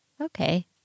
Okay